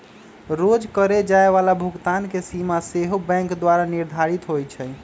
रोज करए जाय बला भुगतान के सीमा सेहो बैंके द्वारा निर्धारित होइ छइ